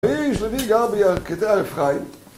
האיש לוי גר בירכתי הר אפרים